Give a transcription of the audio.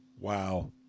Wow